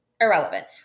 irrelevant